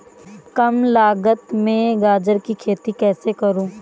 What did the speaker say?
कम लागत में गाजर की खेती कैसे करूँ?